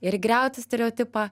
ir griauti stereotipą